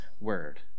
Word